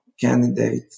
candidate